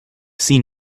seen